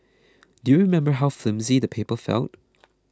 do you remember how flimsy the paper felt